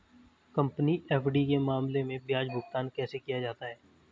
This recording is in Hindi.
कंपनी एफ.डी के मामले में ब्याज भुगतान कैसे किया जाता है?